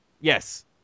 Yes